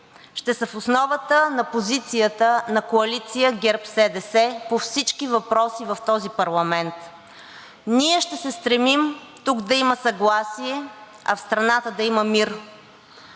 ще са в основата на позицията на Коалицията ГЕРБ-СДС по всички въпроси в този парламент. Ние ще се стремим тук да има съгласие, а в страната да има мир.